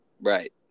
Right